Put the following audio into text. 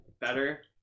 better